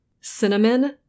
Cinnamon